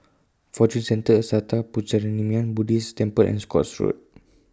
Fortune Centre Sattha Puchaniyaram Buddhist Temple and Scotts Road